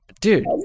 dude